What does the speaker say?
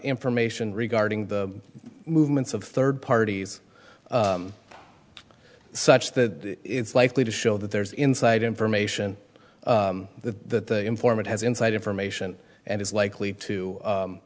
information regarding the movements of third parties such that it's likely to show that there is inside information the informant has inside information and is likely to